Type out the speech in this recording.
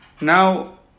now